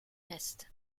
nest